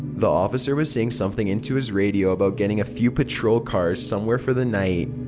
the officer was saying something into his radio about getting a few patrol cars somewhere for the night.